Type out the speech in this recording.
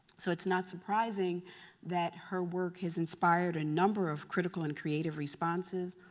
so it's not surprising that her work has inspired a number of critical and creative responses,